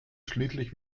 schließlich